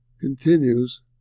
continues